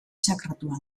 sakratua